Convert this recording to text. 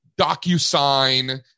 DocuSign